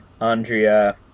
Andrea